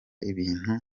ibintu